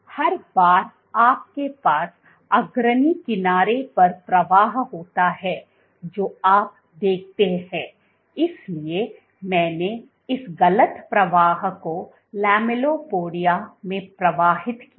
इसलिए हर बार आपके पास अग्रणी किनारे पर प्रवाह होता है जो आप देखते हैं इसलिए मैंने इस गलत प्रवाह को लैमेलिपोडिया में प्रवाहित किया